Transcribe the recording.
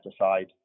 aside